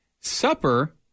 Supper